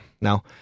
Now